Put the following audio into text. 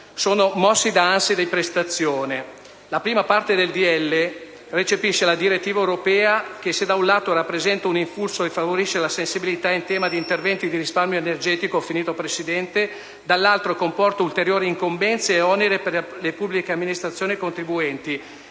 sono mossi da ansie di prestazione. La prima parte del decreto-legge recepisce la direttiva europea che, se da un lato rappresenta un impulso e favorisce la sensibilità in tema di interventi di risparmio energetico, dall'altro comporta ulteriori incombenze e oneri per la pubblica amministrazione e i contribuenti.